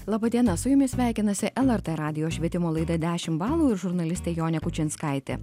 laba diena su jumis sveikinasi lrt radijo švietimo laida dešimt balų ir žurnalistė jonė kučinskaitė